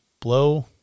blow